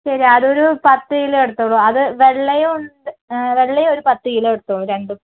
ശരി അതൊരു പത്തു കിലോ എടുത്തോളൂ അത് വെള്ളയും ഉണ്ട് വെള്ളയും ഒരു പത്തുകിലോ എടുത്തോളൂ രണ്ടും